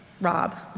Rob